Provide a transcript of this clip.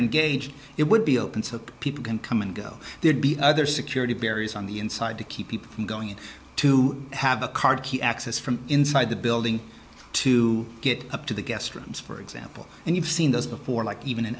engaged it would be open so people can come and go there'd be other security barriers on the inside to keep people from going to have a card key access from inside the building to get up to the guest rooms for example and you've seen those before like even in